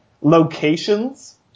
locations